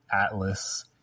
Atlas